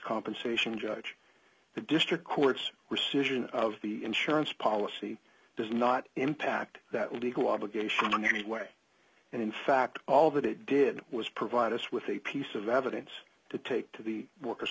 compensation judge the district court's decision of the insurance policy does not impact that legal obligation under any way and in fact all that it did was provide us with a piece of evidence to take to the worker